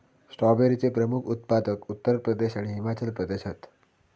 स्ट्रॉबेरीचे प्रमुख उत्पादक उत्तर प्रदेश आणि हिमाचल प्रदेश हत